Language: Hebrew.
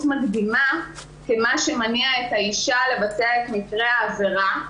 מקדימה כמה שמניע את האישה לבצע את מקרה העבירה.